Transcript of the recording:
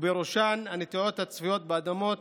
ובראשם הנטיעות הצפויות באדמות